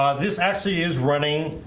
ah this actually is running.